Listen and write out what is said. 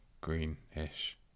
greenish